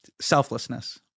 selflessness